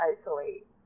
isolate